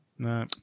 No